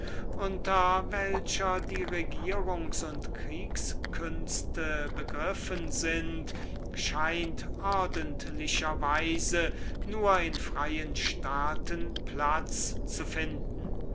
erste welche die regierungs und kriegs künste in sich begreift scheint ordentlicher weise nur in freien staaten platz zu finden